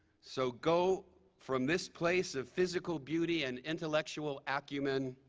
so go from this place of physical beauty and intellectual acumen.